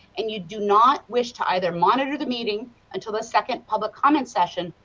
and you do not wish to either monitor the meeting until the second public comment session,